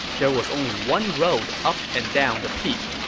there was only one road up and down the peak.